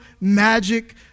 magic